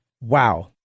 wow